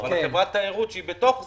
אבל חברת תיירות שהיא בתוך זה,